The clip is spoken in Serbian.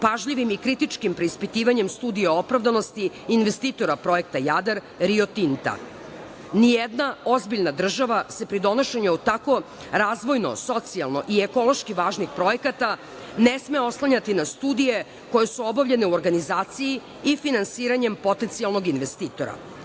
pažljivim i kritičkim preispitivanjem Studije opravdanosti investitora Projekta „Jadar“ – „Rio Tinta“.Nijedna ozbiljna država se pri donošenju tako razvojno, socijalno i ekološki važnih projekata ne sme oslanjati na studije koje su obavljene u organizaciji i finansiranjem potencijalnog investitora.